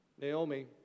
Naomi